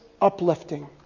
uplifting